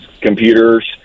computers